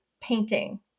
painting